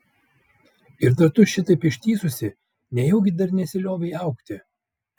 ir dar tu šitaip ištįsusi nejaugi dar nesiliovei augti